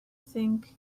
think